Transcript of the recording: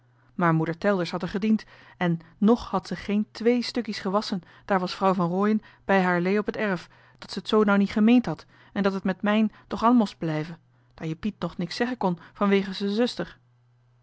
maar moeder telders had er gediend en nog had ze geen twéé stukkies gewasschen daar was vrouw van rooien bij haarlee op t erf da ze t zoo nou nie gemeend had en dat et met mijn toch an mo'st blijve da je piet toch niks zeggen kon van weges z'en zuster